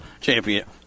champion